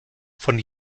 von